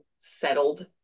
settled